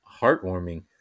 heartwarming